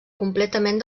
completament